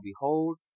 Behold